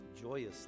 joyously